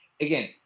again